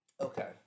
Okay